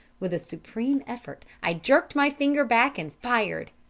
with a supreme effort i jerked my finger back and fired.